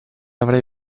avrai